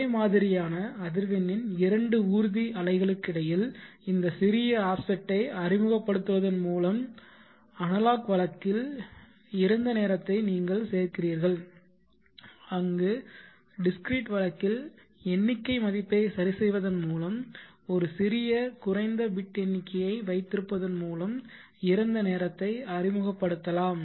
ஒரே மாதிரியான அதிர்வெண்ணின் இரண்டு ஊர்தி அலைகளுக்கிடையில் இந்த சிறிய ஆஃப்செட்டை அறிமுகப்படுத்துவதன் மூலம் அனலாக் வழக்கில் இறந்த நேரத்தை நீங்கள் சேர்க்கிறீர்கள் அங்கு Discrete வழக்கில்எண்ணிக்கை மதிப்பை சரிசெய்வதன் மூலம் ஒரு சிறிய குறைந்த பிட் எண்ணிக்கையை வைத்திருப்பதன் மூலம் இறந்த நேரத்தை அறிமுகப்படுத்தலாம்